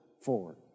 forward